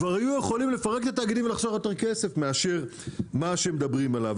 כבר היו יכולים לפרק את התאגידים ולחסוך יותר כסף מאשר מה שמדברים עליו.